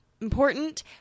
important